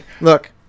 Look